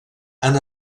han